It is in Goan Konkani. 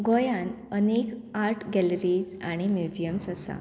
गोंयांत अनेक आर्ट गॅलरीज आनी म्युजियम्स आसा